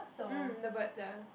um the birds ya